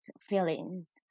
feelings